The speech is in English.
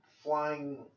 flying